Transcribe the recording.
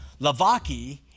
Lavaki